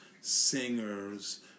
singers